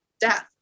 death